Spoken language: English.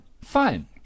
fine